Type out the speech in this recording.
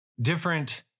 different